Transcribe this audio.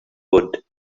wood